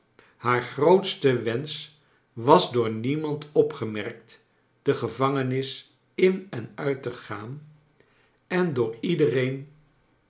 haar grootste wensch was door niemand opgemerkt de gevangenis in en uit te gaan en door iedereen